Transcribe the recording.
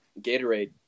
gatorade